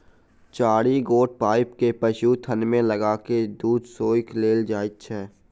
चारि गोट पाइप के पशुक थन मे लगा क दूध सोइख लेल जाइत छै